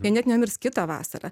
jie net nemirs kitą vasarą